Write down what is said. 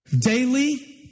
Daily